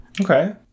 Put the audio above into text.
Okay